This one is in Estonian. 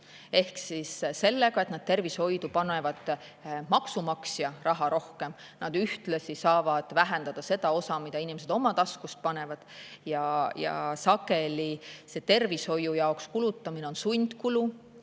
Ehk siis sellega, et nad tervishoidu panevad maksumaksja raha rohkem, nad ühtlasi saavad vähendada seda osa, mida inimesed oma taskust panevad. Sageli see tervishoiu jaoks kulutamine on sundkulu.